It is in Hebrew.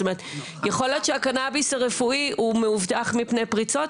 זאת אומרת יכול להיות שהקנאביס הרפואי הוא מאובטח מפני פריצות,